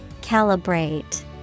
Calibrate